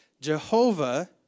Jehovah